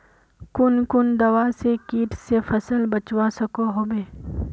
कुन कुन दवा से किट से फसल बचवा सकोहो होबे?